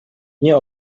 nie